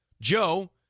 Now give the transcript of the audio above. Joe